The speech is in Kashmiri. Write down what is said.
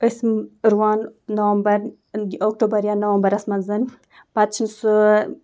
أسۍ رُوان نومبر اکٹوبر یا نومبرَس منٛز پَتہٕ چھِ سُہ